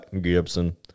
Gibson